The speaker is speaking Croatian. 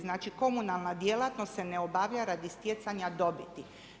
Znači, komunalna djelatnost se ne obavlja radi stjecanja dobiti.